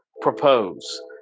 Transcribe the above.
propose